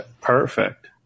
Perfect